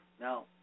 Now